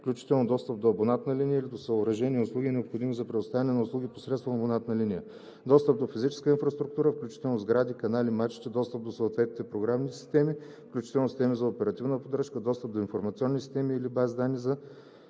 (включително достъп до абонатната линия и до съоръжения и услуги, необходими за предоставяне на услуги посредством абонатната линия); достъп до физическа инфраструктура, включително сгради, канали и мачти; достъп до съответните програмни системи, включително системи за оперативна поддръжка; достъп до информационни системи или бази данни за